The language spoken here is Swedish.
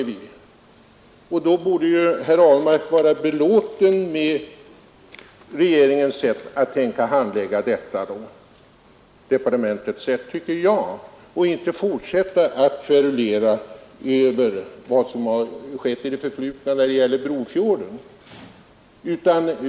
Jag tycker att då borde herr Ahlmark kunna vara belåten med det sätt på vilket departementet tänker handlägga saken och inte fortsätta att kverulera över vad som har skett i det förflutna när det gäller Brofjorden.